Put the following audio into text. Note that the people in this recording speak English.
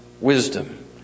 wisdom